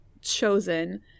chosen